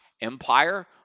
Empire